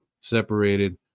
separated